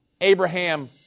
Abraham